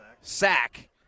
sack